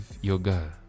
yoga